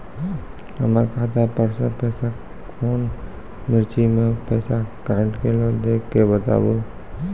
हमर खाता पर से पैसा कौन मिर्ची मे पैसा कैट गेलौ देख के बताबू?